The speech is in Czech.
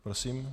Prosím.